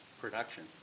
production